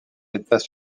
états